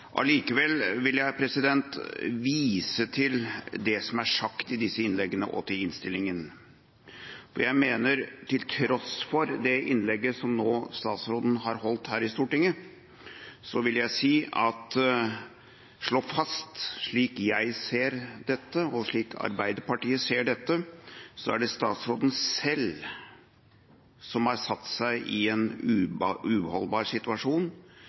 vil jeg vise til det som er sagt i disse innleggene, og til innstillinga. Til tross for det innlegget som statsråden nå har holdt her i Stortinget, vil jeg slå fast, slik jeg ser dette, og slik Arbeiderpartiet ser dette, at det er statsråden selv som har satt seg i en uholdbar situasjon